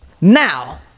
now